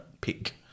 Pick